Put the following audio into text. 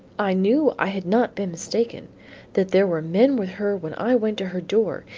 i knew i had not been mistaken that there were men with her when i went to her door,